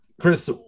Chris